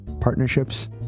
partnerships